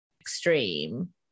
Extreme